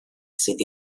sydd